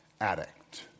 addict